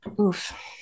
Oof